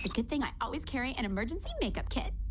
good thing. i always carry an emergency makeup kit